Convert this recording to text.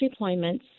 deployments